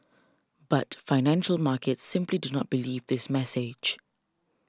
but financial markets simply do not believe this message